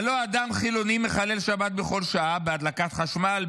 הלוא אדם חילוני מחלל שבת בכל שעה בהדלקת חשמל,